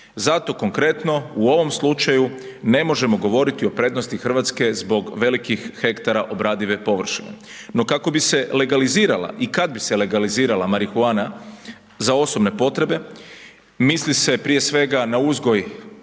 Zato konkretno, u ovom slučaju ne možemo govoriti o prednosti Hrvatske zbog velikih hektara obradive površine, no kako bi se legalizirala i kad bi se legalizirala marihuana za osobne potrebe, misli se, prije svega na uzgoj